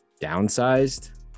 downsized